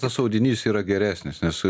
tas audinys yra geresnis nes